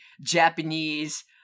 Japanese